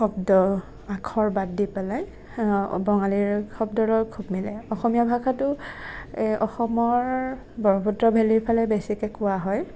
শব্দ আখৰ বাদ দি পেলাই বঙালীৰ শব্দৰ লগত খুব মিলে অসমীয়া ভাষাটো এ অসমৰ ব্ৰহ্মপুত্ৰ ভেলিৰ ফালে বেছিকৈ কোৱা হয়